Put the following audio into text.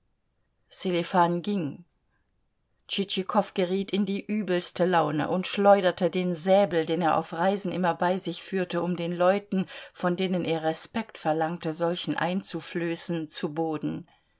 sselifan ging tschitschikow geriet in die übelste laune und schleuderte den säbel den er auf reisen immer bei sich führte um den leuten von denen er respekt verlangte solchen einzuflößen zu boden